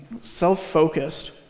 self-focused